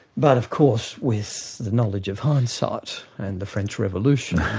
but of course with the knowledge of hindsight and the french revolution,